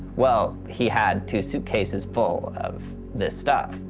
well, he had two suitcases full of this stuff.